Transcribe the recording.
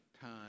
time